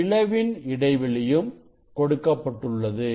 பிளவின் இடைவெளியும் கொடுக்கப்பட்டுள்ளது